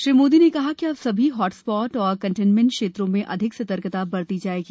श्री मोदी ने कहा कि अब सभी हॉट स्पॉट तथा कंटेनमेण्ट क्षेत्रों में अधिक सतर्कता बरती जायेगी